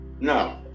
No